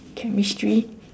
chemistry